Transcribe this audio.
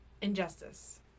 injustice